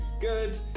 Good